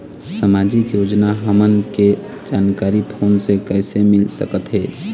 सामाजिक योजना हमन के जानकारी फोन से कइसे मिल सकत हे?